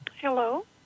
Hello